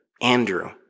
Andrew